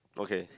okay